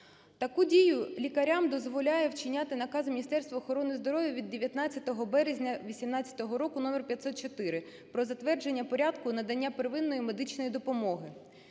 Таку дію лікарям дозволяє вчиняти Наказ Міністерства охорони здоров'я від 19 березня 2018 року № 504 "Про затвердження порядку надання первинної медичної допомоги".